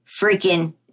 freaking